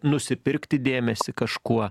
nusipirkti dėmesį kažkuo